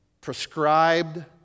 Prescribed